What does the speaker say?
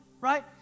right